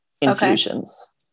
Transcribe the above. infusions